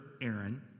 Aaron